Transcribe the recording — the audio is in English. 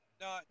No